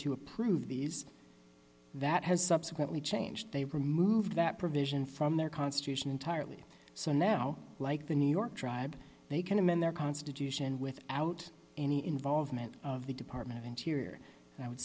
to approve these that has subsequently changed they removed that provision from their constitution entirely so now like the new york tribe they can amend their constitution without any involvement of the department of interior and i would